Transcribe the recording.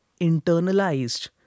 internalized